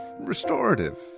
restorative